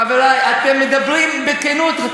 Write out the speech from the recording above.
חברי, אתם מדברים בכנות.